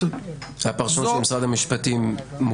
הפרשנות של משרד המשפטים מוכרת,